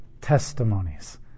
Testimonies